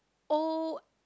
old